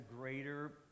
greater